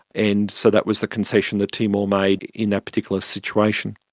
and so that was the concession that timor made in that particular situation.